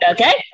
Okay